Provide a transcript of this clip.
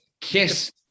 kiss